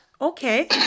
okay